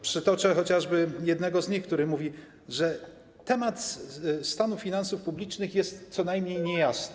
Przytoczę chociażby jednego z nich, który mówi, że temat stanu finansów publicznych jest co najmniej niejasny.